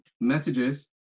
messages